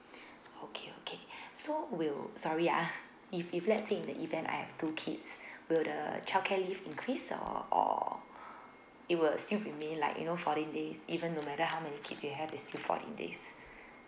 okay okay so we'll sorry ah if if let's say in the event I have two kids will the childcare leave increase or or it will still remain like you know fourteen days even no matter how many kids you have is still fourteen days